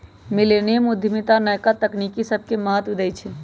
मिलेनिया उद्यमिता नयका तकनी सभके महत्व देइ छइ